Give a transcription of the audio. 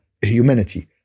humanity